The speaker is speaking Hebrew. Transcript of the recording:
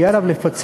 יהיה עליו לפצל,